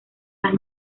las